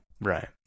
Right